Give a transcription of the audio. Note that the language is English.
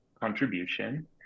contribution